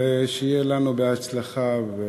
ושיהיה לנו בהצלחה.